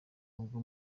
ubwo